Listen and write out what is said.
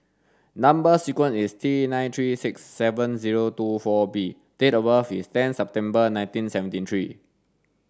number sequence is T nine three six seven zero two four B date of birth is ten September nineteen seventy three